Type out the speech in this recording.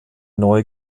neue